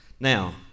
Now